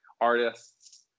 artists